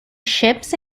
ships